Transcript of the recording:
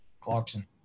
Clarkson